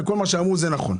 וכל מה שאמרו זה נכון.